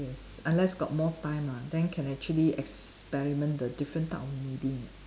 yes unless got more time ah then can actually experiment the different type of kneading ah